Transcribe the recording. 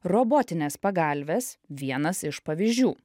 robotinės pagalvės vienas iš pavyzdžių